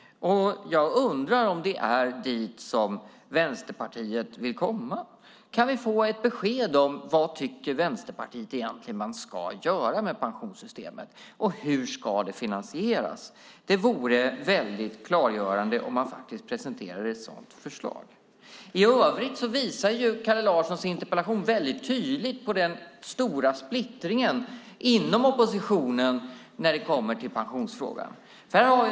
Jag undrar om det är dit som Vänsterpartiet vill komma. Kan vi få ett besked om vad Vänsterpartiet egentligen tycker att man ska göra med pensionssystemet och hur det ska finansieras? Det vore väldigt klargörande om man faktiskt presenterade ett sådant förslag. I övrigt visar Kalle Larssons interpellation tydligt på den stora splittringen inom oppositionen när det kommer till pensionsfrågan.